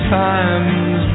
times